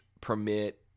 permit